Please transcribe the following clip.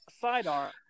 sidearm